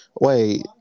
Wait